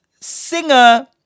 Singer